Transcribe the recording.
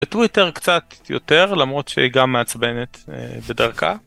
בטוויטר קצת יותר, למרות שהיא גם מעצבנת בדרכה